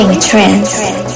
trends